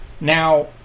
Now